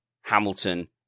Hamilton